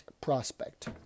prospect